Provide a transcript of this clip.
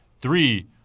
three